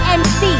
mc